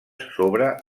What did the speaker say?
sobre